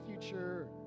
future